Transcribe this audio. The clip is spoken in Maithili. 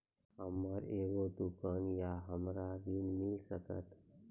हमर एगो दुकान या हमरा ऋण मिल सकत?